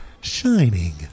Shining